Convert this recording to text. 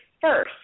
first